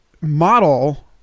model